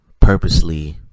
purposely